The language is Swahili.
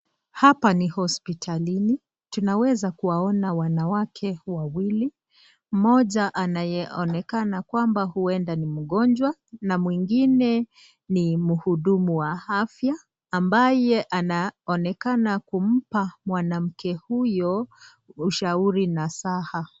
Hapa ni hosiptalini, tunaweza kuwaona wanawake wawili, mmoja anayeonekana kwamba huenda ni mgonjwa na mwingine ni mhudumu wa afya ambaye anaonekana kumpa mwanamke huyo ushauri nasaha.